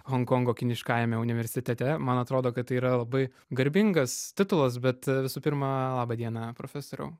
honkongo kiniškame universitete man atrodo kad tai yra labai garbingas titulas bet visų pirma laba diena profesoriau